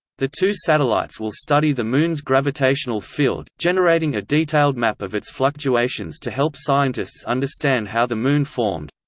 the two satellites will study the moon's gravitational field, generating a detailed map of its fluctuations to help scientists understand how the moon formed.